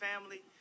family